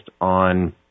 on